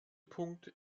punkt